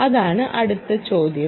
അതാണ് അടുത്ത ചോദ്യം